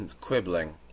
quibbling